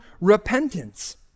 repentance